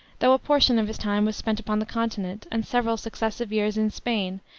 though a portion of his time was spent upon the continent, and several successive years in spain,